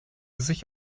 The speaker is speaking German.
sich